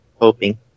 hoping